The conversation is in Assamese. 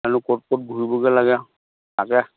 জানো ক'ত ক'ত ঘূৰিবগৈ লাগে তাকে